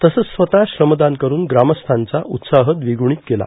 तसंच स्वतः श्रमदान कठुन ग्रामस्थांचा उत्साह द्विगुणीत केला